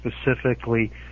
specifically